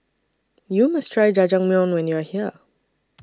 YOU must Try Jajangmyeon when YOU Are here